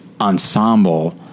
ensemble